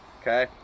Okay